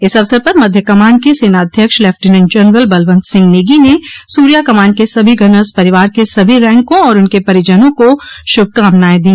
इस अवसर पर मध्य कमान के सेनाध्यक्ष लेफ्टिनेंट जनरल बलवन्त सिंह नेगी ने सूर्या कमान के सभी गनर्स परिवार के सभी रैकों और उनके परिजनों को शुभकामनाएं दी